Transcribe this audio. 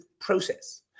process